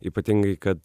ypatingai kad